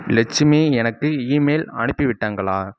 லட்சுமி எனக்கு இமெயில் அனுப்பிவிட்டாங்களா